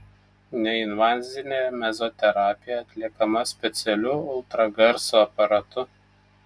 neinvazinė mezoterapija atliekama specialiu ultragarso aparatu